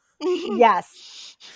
Yes